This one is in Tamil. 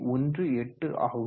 18 ஆகும்